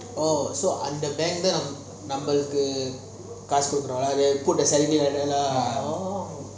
oh so அந்த:antha bank நம்மளுக்கு காசு குடும்பங்களை:namaluku kaasu kudupangala like they put in the side